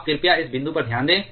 आप कृपया इस बिंदु पर ध्यान दें